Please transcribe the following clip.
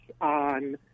on